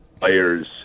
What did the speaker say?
players